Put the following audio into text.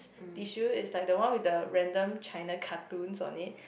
tissue is like the one with the random China cartoons on it